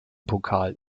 pokal